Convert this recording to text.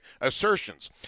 assertions